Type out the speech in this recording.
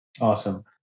Awesome